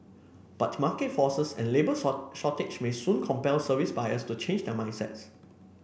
but market forces and labour short shortage may soon compel service buyers to change their mindset